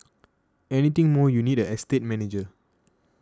anything more you'd need an estate manager